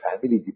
family